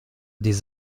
des